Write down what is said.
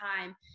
time